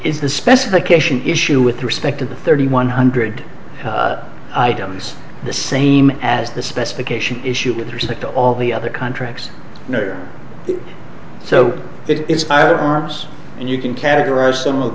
is the specification issue with respect to the thirty one hundred items the same as the specifications issued with respect to all the other contracts there so if i had arms and you can categorize some of